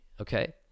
Okay